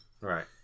Right